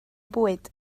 bwyd